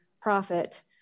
profit